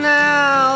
now